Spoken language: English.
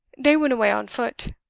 they went away on foot.